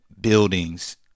buildings